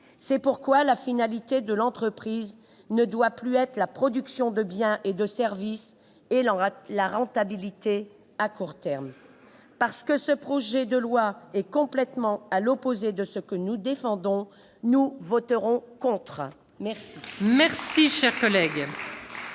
C'est pourquoi la finalité de l'entreprise ne doit plus être la production de biens et de services et la rentabilité à court terme. Parce que ce projet de loi est complètement à l'opposé de ce que nous défendons, nous voterons contre !